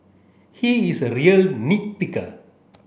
he is a real nit picker